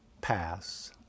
pass